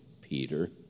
Peter